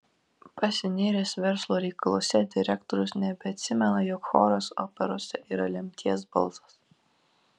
pasinėręs verslo reikaluose direktorius nebeatsimena jog choras operose yra lemties balsas